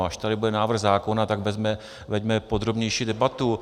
Až tady bude návrh zákona, tak veďme podrobnější debatu.